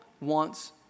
wants